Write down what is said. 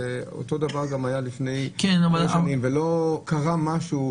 אותו דבר גם היה לפני שש שנים ולא קרה משהו.